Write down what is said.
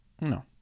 No